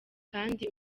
kandi